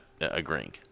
agreeing